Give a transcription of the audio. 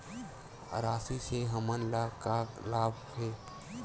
राशि से हमन ला का लाभ हे?